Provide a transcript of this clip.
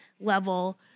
level